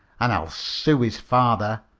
an' i'll sue his father.